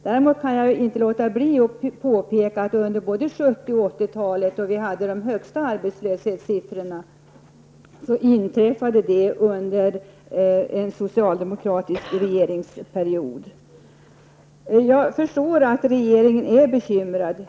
Däremot kan jag inte låta bli att påpeka att de högsta arbetslöshetssiffrorna, under både 70 och 80-talen, registrerades under en socialdemokratisk regeringsperiod. Jag förstår att regeringen är bekymrad.